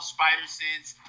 Spider-Sense